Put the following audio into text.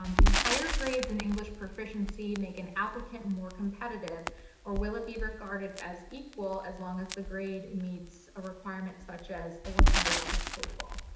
um do higher grades in english proficiency make an applicant more competitive or will it be regarded as equal as long as the grade meets a requirement such as one hundred on the toefl?